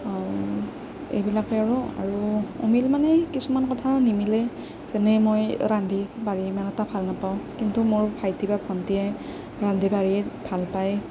এইবিলাকে আৰু আৰু অমিল মানে কিছুমান কথা নিমিলে যেনে মই ৰান্ধি বাঢ়ি ইমান এটা ভাল নাপাওঁ কিন্তু মোৰ ভাইটি বা ভণ্টিয়ে ৰান্ধি বাঢ়ি ভাল পায়